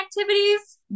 activities